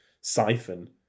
siphon